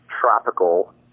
tropical